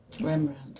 Rembrandt